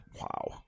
Wow